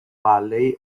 valley